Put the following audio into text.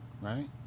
right